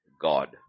God